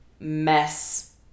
mess